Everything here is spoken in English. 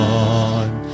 on